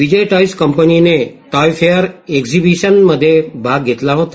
विजय ties कंपनीने tie fair एक्झीबिशनमध्ये भाग घेतला होता